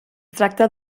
tracta